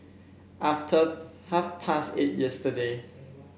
after half past eight yesterday